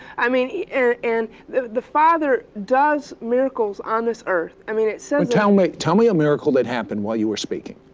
i mean, yeah and the the father does miracles on this earth. i mean sid um tell me tell me a miracle that happened while you were speaking.